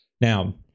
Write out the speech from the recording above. Now